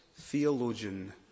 theologian